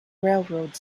railroad